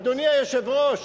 אדוני היושב-ראש,